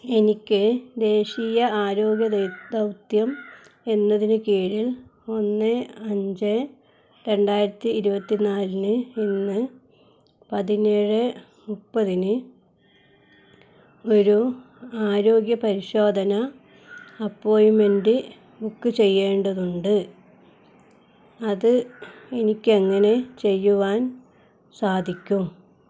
എനിക്ക് ദേശീയ ആരോഗ്യ ദൗത്യം എന്നതിനു കീഴിൽ ഒന്ന് അഞ്ച് രണ്ടായിരത്തി ഇരുപത്തി നാലിന് ഇന്ന് പതിനേഴ് മുപ്പതിന് ഒരു ആരോഗ്യ പരിശോധന അപ്പോയിന്മെന്റ് ബുക്ക് ചെയ്യേണ്ടതുണ്ട് അത് എനിക്കെങ്ങനെ ചെയ്യുവാൻ സാധിക്കും